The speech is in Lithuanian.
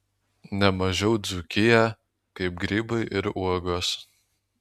ne mažiau dzūkiją kaip grybai ir uogos